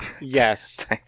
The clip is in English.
Yes